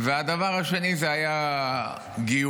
הדבר השני היה גיור.